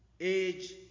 age